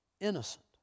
innocent